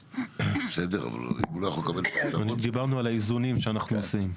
דיברנו על האיזונים שאנחנו עושים.